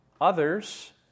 others